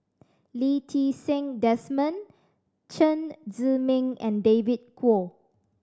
Lee Ti Seng Desmond Chen Zhiming and David Kwo